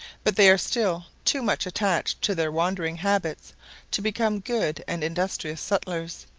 but they are still too much attached to their wandering habits to become good and industrious settlers.